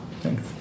Thanks